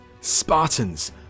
Spartans